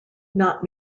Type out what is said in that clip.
not